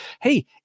Hey